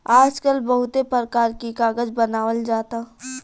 आजकल बहुते परकार के कागज बनावल जाता